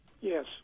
Yes